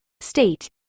state